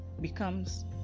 becomes